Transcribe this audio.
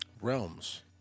Realms